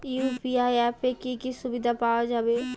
UPI অ্যাপে কি কি সুবিধা পাওয়া যাবে?